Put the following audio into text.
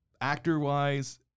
actor-wise—